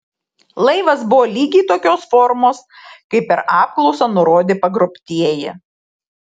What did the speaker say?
laivas buvo lygiai tokios formos kaip per apklausą nurodė pagrobtieji